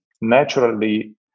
naturally